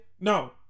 No